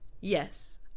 Yes